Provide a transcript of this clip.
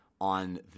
on